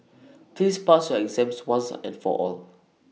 please pass your exams once and for all